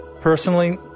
Personally